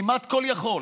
כמעט כול יכול.